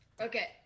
okay